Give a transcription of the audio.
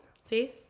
see